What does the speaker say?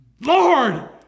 Lord